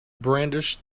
brandished